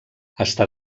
està